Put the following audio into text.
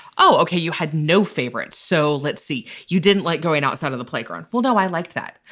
oh ok. you had no favorites. so let's see. you didn't like going outside of the playground. well no i liked that.